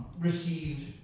received